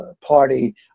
party